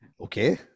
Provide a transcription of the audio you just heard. Okay